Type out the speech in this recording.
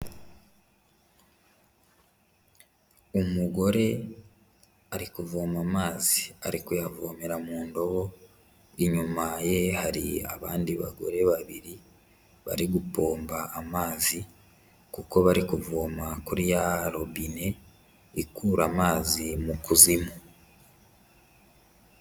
Umugore ari kuvoma amazi arikuyavomera mu ndobo inyuma ye hari abandi bagore babiri bari gupomba amazi kuko bari kuvoma kuri ya robine ikura amazi mu kuzimu.